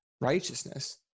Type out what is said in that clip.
righteousness